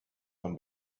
von